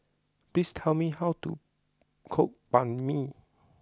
please tell me how to cook Banh Mi